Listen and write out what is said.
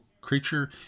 creature